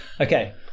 okay